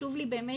חשוב לי באמת